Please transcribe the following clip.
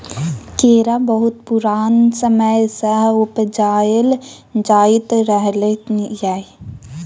केरा बहुत पुरान समय सँ उपजाएल जाइत रहलै यै